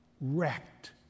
wrecked